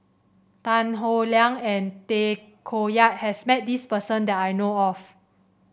Tan Howe Liang and Tay Koh Yat has met this person that I know of